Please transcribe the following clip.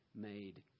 made